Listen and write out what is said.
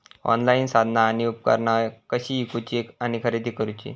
Online साधना आणि उपकरणा कशी ईकूची आणि खरेदी करुची?